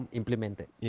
implemented